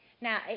Now